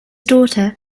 daughter